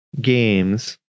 games